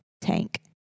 tank